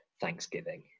Thanksgiving